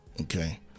Okay